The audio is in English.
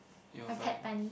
your bun